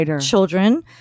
children